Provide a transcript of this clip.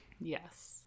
yes